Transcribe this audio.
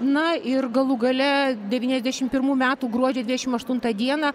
na ir galų gale devyniasdešim pirmų metų gruodžio dvidešim aštuntą dieną